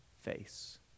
face